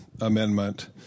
Amendment